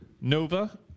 Nova